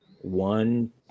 one